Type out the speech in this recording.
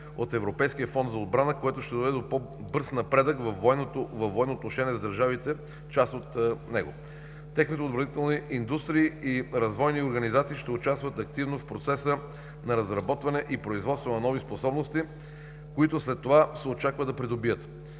от Европейския фонд за отбрана, което ще доведе до по-бърз напредък във военно отношение за държавите, част от него. Техните отбранителни индустрии и развойни организации ще участват активно в процеса на разработване и производство на нови способности, които след това се очаква да придобият.